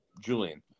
Julian